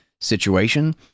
situation